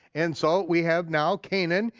and so we have now canaan,